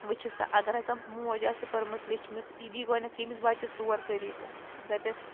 وٕچھِو سا اَگر ہسا موج آسہِ پٔرمٕژ لیٚچھمٕژ یہِ دِی گۄڈٕنٮ۪تھٕے أمِس بَچَس طور طریٖقہٕ دَپٮ۪س